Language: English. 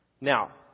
now